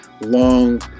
long